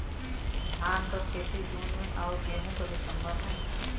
धान क खेती जून में अउर गेहूँ क दिसंबर में?